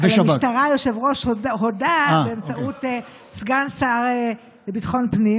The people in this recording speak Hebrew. למשטרה היושב-ראש הודה באמצעות סגן השר לביטחון הפנים,